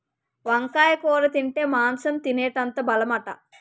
వంకాయ కూర తింటే మాంసం తినేటంత బలమట